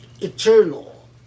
eternal